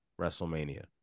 WrestleMania